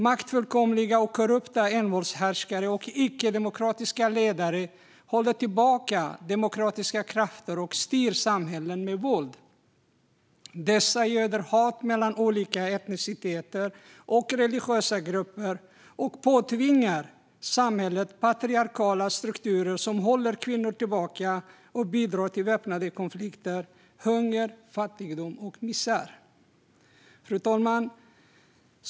Maktfullkomliga och korrupta envåldshärskare och icke-demokratiska ledare håller tillbaka demokratiska krafter och styr samhällen med våld. De göder hat mellan olika etniciteter och religiösa grupper och påtvingar samhället patriarkala strukturer som håller kvinnor tillbaka och bidrar till väpnade konflikter, hunger, fattigdom och misär. Fru talman!